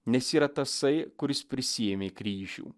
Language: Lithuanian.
nes yra tasai kuris prisiėmė kryžių